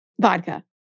Vodka